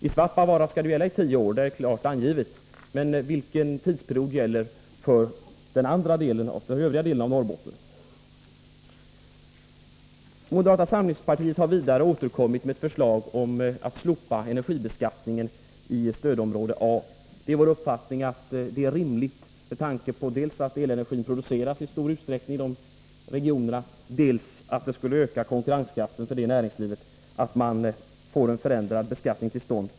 I Svappavaara skall de gälla i tio år, det är klart angivet, men vilken tidsperiod skall gälla för den övriga delen av Norrbotten? Moderata samlingspartiet har vidare återkommit med ett förslag om att slopa energibeskattningen i stödområde A. Detta är rimligt dels med tanke på att elenergin i stor utsträckning produceras i de regionerna, dels därför att en förändrad beskattning skulle öka konkurrenskraften för näringslivet.